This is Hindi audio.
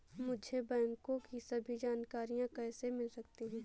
मुझे बैंकों की सभी जानकारियाँ कैसे मिल सकती हैं?